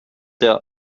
der